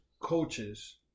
coaches